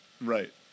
Right